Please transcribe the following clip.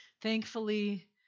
Thankfully